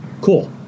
cool